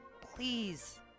Please